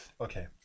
Okay